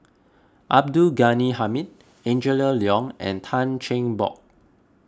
Abdul Ghani Hamid Angela Liong and Tan Cheng Bock